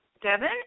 Devin